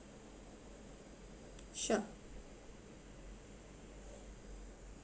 sure